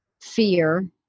fear